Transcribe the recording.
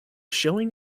showing